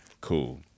Cool